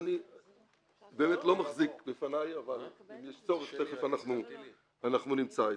אני לא מחזיק בפניי אבל אם יש צורך תיכף נמצא את